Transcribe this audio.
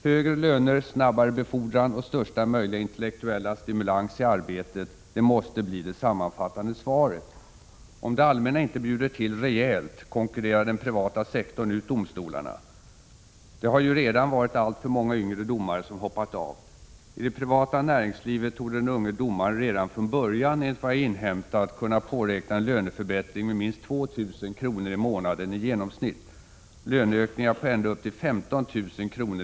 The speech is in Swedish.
Högre löner, snabbare befordran och största möjliga intellektuella stimulans i arbetet — det måste bli det sammanfattande svaret. Om det allmänna inte bjuder till rejält, konkurrerar den privata sektorn ut domstolarna. Redan har ju alltför många yngre domare hoppat av. I det privata näringslivet torde den unge domaren redan från början, enligt vad jag inhämtat, kunna påräkna en löneförbättring med minst 2 000 kr. i månaden i genomsnitt. Löneökningar på ända upp till 15 000 kr.